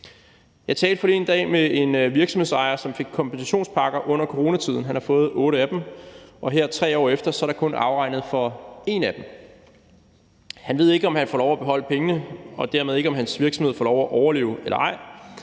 Jeg talte forleden dag med en virksomhedsejer, som fik kompensationspakker under coronatiden. Han har fået otte af dem, og her 3 år efter er der kun afregnet for én af dem. Han ved ikke, om han får lov til at beholde pengene, og dermed, om hans virksomhed får lov til at overleve eller ej.